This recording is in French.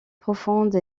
profonde